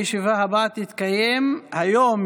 הישיבה הבאה תתקיים היום,